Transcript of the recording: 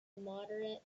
moderate